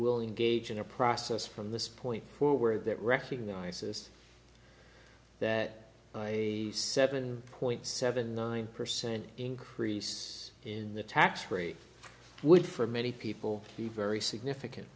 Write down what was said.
we'll engage in a process from this point forward that recognizes that a seven point seven nine percent increase in the tax rate would for many people be very significant